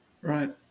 Right